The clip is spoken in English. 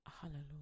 Hallelujah